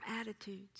attitudes